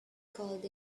called